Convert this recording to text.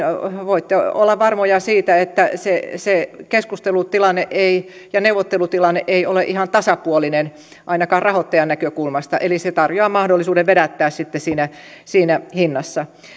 voitte olla varmoja siitä että se se keskustelu ja neuvottelutilanne ei ole ihan tasapuolinen ainakaan rahoittajan näkökulmasta eli se tarjoaa mahdollisuuden vedättää sitten siinä siinä hinnassa